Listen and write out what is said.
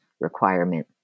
requirement